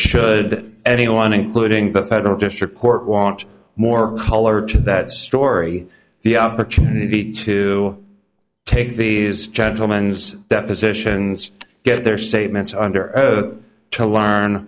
should anyone including the federal district court want more color to that story the opportunity to take these gentlemen's depositions get their statements under oath to learn